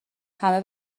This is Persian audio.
همه